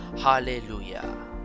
Hallelujah